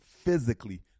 physically